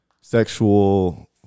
sexual